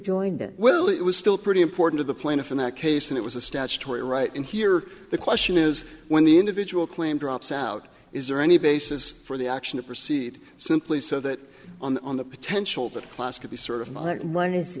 joined it will it was still pretty important to the plaintiff in that case and it was a statutory right in here the question is when the individual claim drops out is there any basis for the action to proceed simply so that on the potential that class could be sort of moderate one is